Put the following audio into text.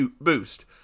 boost